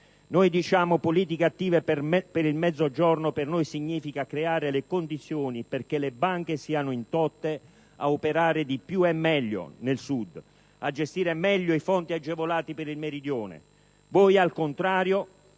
mattina. Politiche attive per il Mezzogiorno per noi significa creare le condizioni perché le banche siano indotte ad operare di più e meglio nel Sud, a gestire meglio i fondi agevolati per il Meridione. Voi al contrario